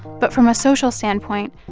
but from a social standpoint,